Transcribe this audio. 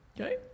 okay